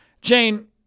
Jane